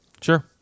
Sure